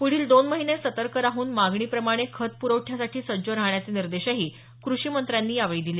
पुढील दोन महिने सतर्क राहून मागणीप्रमाणे खत प्रवठ्यासाठी सज्ज राहण्याचे निर्देशही क़षीमंत्र्यांनी यावेळी दिले